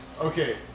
okay